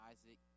Isaac